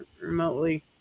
remotely